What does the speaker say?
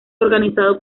organizado